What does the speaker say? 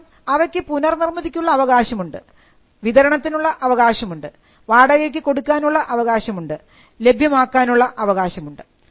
കാരണം അവയ്ക്ക് പുനർനിർമ്മിതിക്കുള്ള അവകാശം ഉണ്ട് വിതരണത്തിനുള്ള അവകാശമുണ്ട് വാടകക്ക് കൊടുക്കാനുള്ള അവകാശമുണ്ട് ലഭ്യമാക്കാനുള്ള അവകാശമുണ്ട്